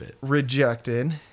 rejected